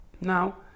Now